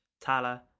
Tala